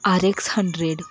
RX hundred